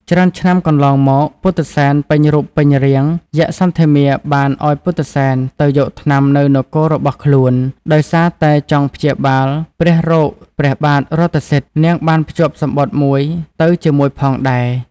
ច្រើនឆ្នាំកន្លងមក ពុទ្ធិសែនពេញរូបពេញរាង យក្សសន្ធមារបានឲ្យពុទ្ធិសែនទៅយកថ្នាំនៅនគររបស់ខ្លួន ដោយសារតែចង់ព្យាបាលព្រះរោគព្រះបាទរថសិទ្ធិ នាងបានភ្ជាប់សំបុត្រមួយទៅជាមួយផងដែរ។